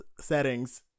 settings